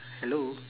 hello